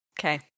Okay